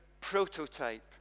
prototype